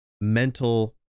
mental